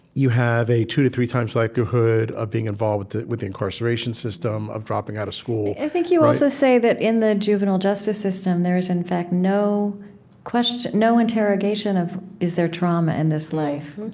you have a two to three times likelihood of being involved with the incarceration system, of dropping out of school i think you also say that in the juvenile justice system, there is, in fact, no question no interrogation of is there trauma in this life?